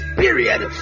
period